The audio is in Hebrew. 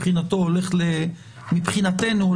מבחינתנו,